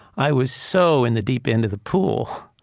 i was so in the deep end of the pool.